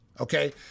Okay